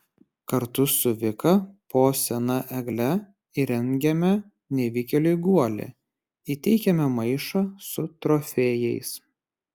kartu su vika po sena egle įrengiame nevykėliui guolį įteikiame maišą su trofėjais